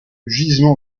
gisement